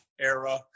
era